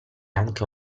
anche